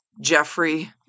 Jeffrey